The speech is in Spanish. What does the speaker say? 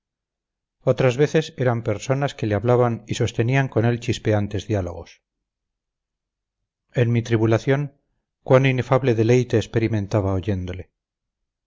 otras veces eran personas que le hablaban y sostenían con él chispeantes diálogos en mi tribulación cuán inefable deleite experimentaba oyéndole